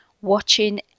watching